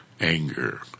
anger